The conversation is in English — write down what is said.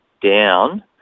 down